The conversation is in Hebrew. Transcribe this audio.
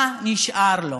מה נשאר לו?